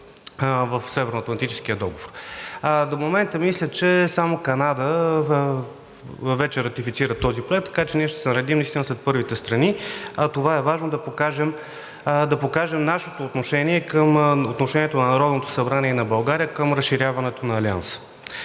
в Северноатлантическия договор. До момента мисля, че само Канада вече ратифицира този проект, така че ние ще се наредим наистина сред първите страни, а това е важно – да покажем нашето отношение – отношението на Народното събрание и на България, към разширяването на Алианса.